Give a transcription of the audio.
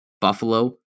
Buffalo